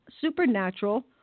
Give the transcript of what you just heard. supernatural